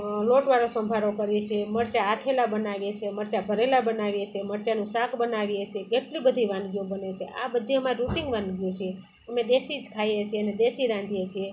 લોટવાળો સંભારો કરીએ છે મરચાં આથેલાં બનાવીએ છીએ મરચાં ભરેલાં બનાવીએ છીએ મરચાંનું શાક બનાવીએ છે કેટલી બધી વાનગીઓ બને છે આ બધી અમાર રૂટીન વાનગીઓ છે અમે દેશી જ ખાઈએ છીએ અને દેશી જ રાંધીએ છીએ